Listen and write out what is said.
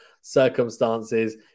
circumstances